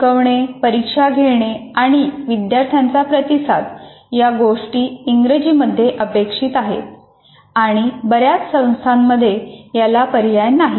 शिकवणे परीक्षा घेणे आणि विद्यार्थ्यांचा प्रतिसाद या गोष्टी इंग्रजीमध्ये अपेक्षित आहेत आणि बऱ्याच संस्थांमध्ये याला पर्याय नाही